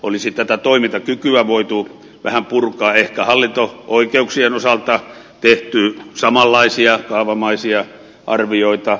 olisi tätä toimintakykyä voitu vähän purkaa ehkä hallinto oikeuksien osalta tehty samanlaisia kaavamaisia arvioita